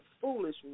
foolish